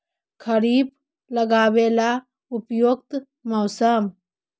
खरिफ लगाबे ला उपयुकत मौसम?